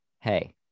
Hey